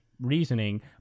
reasoning